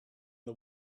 the